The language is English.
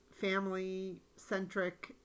family-centric